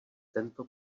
tento